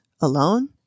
alone